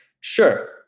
Sure